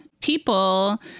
people